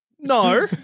No